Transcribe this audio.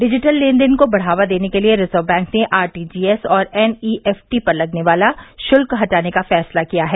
digital लेनदेन को बढ़ावा देने के लिए रिजर्व बैंक ने आर टी जी एस और एन ई एफ टी पर लगने वाला शुल्क हटाने का फैसला किया है